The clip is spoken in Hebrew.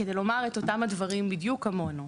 כדי לומר את אותם הדברים בדיוק כמונו.